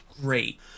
great